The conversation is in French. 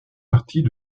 partie